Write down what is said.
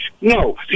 no